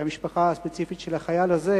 המשפחה הספציפית של החייל הזה.